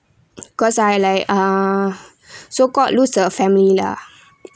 cause I like ah so called lose a family lah